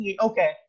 okay